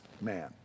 man